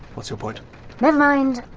what's your point? never mind.